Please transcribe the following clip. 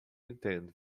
intended